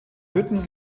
hütten